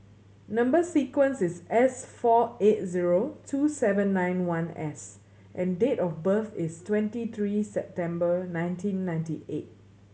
number sequence is S four eight zero two seven nine one S and date of birth is twenty three September nineteen ninety eight